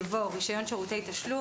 יבוא "רישיון שירותי תשלום,